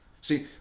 See